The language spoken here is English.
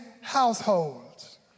households